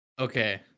Okay